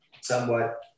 somewhat